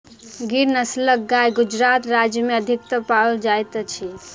गिर नस्लक गाय गुजरात राज्य में अधिकतम पाओल जाइत अछि